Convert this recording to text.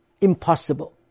impossible